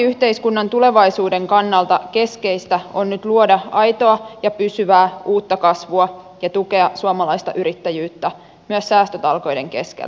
hyvinvointiyhteiskunnan tulevaisuuden kannalta keskeistä on nyt luoda aitoa ja pysyvää uutta kasvua ja tukea suomalaista yrittäjyyttä myös säästötalkoiden keskellä